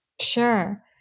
Sure